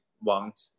want